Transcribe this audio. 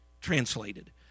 translated